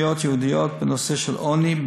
תוכניות ייעודיות בנושא של עוני,